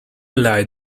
lay